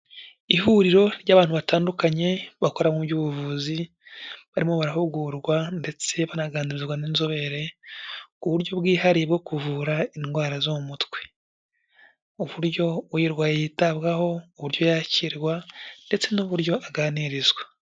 Ihuriro ry'abantu batandukanye bakora mu by'ubuvuzi, barimo barahugurwa ndetse banaganirizwa n'inzobere ku buryo bwihariye bwo kuvura indwara zo mu mutwe. Uburyo uyirwaye yitabwaho, uburyo yakirwa ndetse n'uburyo aganirizwa.